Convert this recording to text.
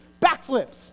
Backflips